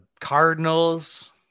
Cardinals